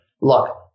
Look